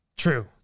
True